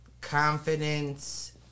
confidence